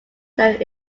that